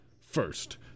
first